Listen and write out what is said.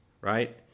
right